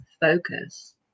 focus